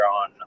on